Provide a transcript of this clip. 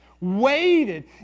waited